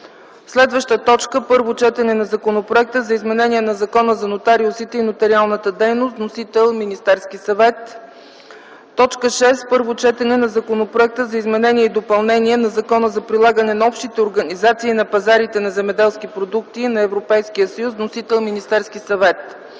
съвет. 5. Първо четене на Законопроекта за изменение на Закона за нотариусите и нотариалната дейност. Вносител – Министерският съвет. 6. Първо четене на Законопроекта за изменение и допълнение на Закона за прилагане на общите организации на пазарите на земеделски продукти на Европейския съюз. Вносител – Министерският съвет.